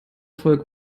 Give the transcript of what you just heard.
volk